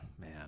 man